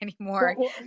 anymore